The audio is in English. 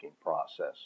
process